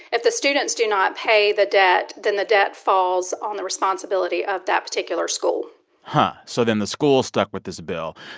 if the students do not pay the debt, then the debt falls on the responsibility of that particular school and so then the school's stuck with this bill.